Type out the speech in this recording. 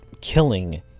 killing